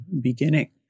beginning